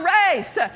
race